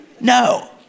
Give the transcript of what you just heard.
No